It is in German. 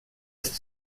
ist